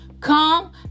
Come